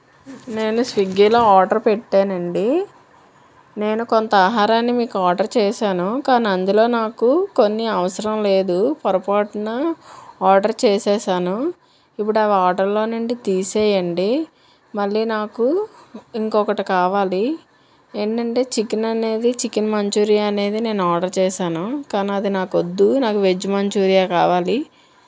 నేను స్విగ్గీలో ఆర్డర్ పెట్టానండి నేను కొంత ఆహారాన్ని మీకు ఆర్డర్ చేశాను కానీ అందులో నాకు కొన్ని అవసరం లేదు పొరపాటున ఆర్డర్ చేసాను ఇప్పుడు అవి ఆర్డర్లో నుండి తీసేయండి మళ్ళీ నాకు ఇంకొకటి కావాలి ఏంటంటే చికెన్ అనేది చికెన్ మంచూరియా అనేది నేను ఆర్డర్ చేశాను కానీ అది నాకు వద్దు నాకు వెజ్ మంచూరియా కావాలి